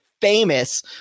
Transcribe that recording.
famous